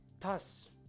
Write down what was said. thus